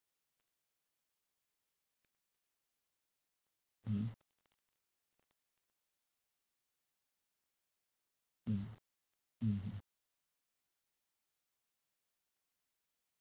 mm mm mmhmm